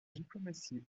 diplomatie